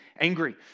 angry